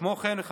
כמו כן,